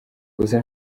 gusa